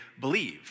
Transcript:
believe